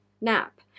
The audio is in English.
Nap